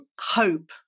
hope